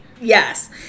Yes